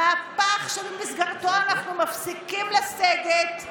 המהפך שבמסגרתו אנחנו מפסיקים לסגת,